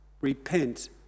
Repent